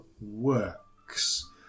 works